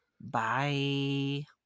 Bye